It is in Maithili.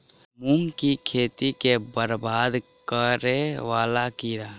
मूंग की खेती केँ बरबाद करे वला कीड़ा?